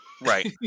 Right